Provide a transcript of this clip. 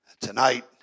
tonight